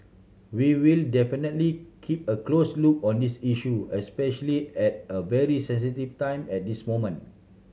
we will definitely keep a close look on this issue especially at a very sensitive time at this moment